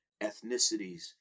ethnicities